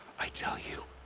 i tell you.